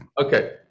okay